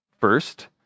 First